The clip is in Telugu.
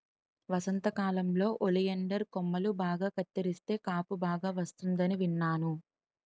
వసంతకాలంలో ఒలియండర్ కొమ్మలు బాగా కత్తిరిస్తే కాపు బాగా వస్తుందని విన్నాను